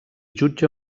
jutge